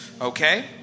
Okay